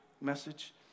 message